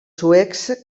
suecs